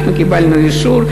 אנחנו קיבלנו אישור.